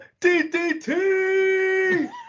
DDT